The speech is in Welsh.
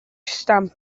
stamp